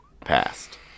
passed